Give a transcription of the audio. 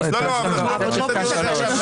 --- אנחנו לא פותחים על זה דיון עכשיו,